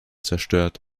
zerstört